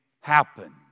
happen